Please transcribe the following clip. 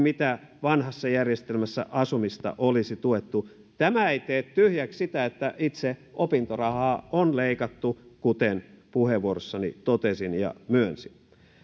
mitä vanhassa järjestelmässä asumista olisi tuettu tämä ei tee tyhjäksi sitä että itse opintorahaa on leikattu kuten puheenvuorossani totesin ja myönsin